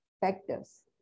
factors